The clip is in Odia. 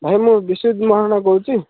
ଭାଇ ମୁଁ ବିଶ୍ୱଜିତ୍ ମାହାରଣା କହୁଛି